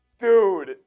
Dude